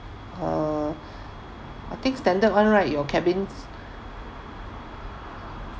err I think standard [one] right your cabins